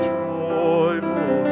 joyful